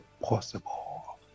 possible